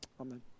Amen